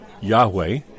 Yahweh